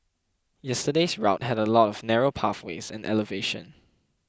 yesterday's route had a lot of narrow pathways and elevation